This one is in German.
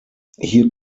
hier